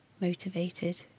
motivated